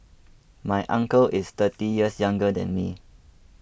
my uncle is thirty years younger than me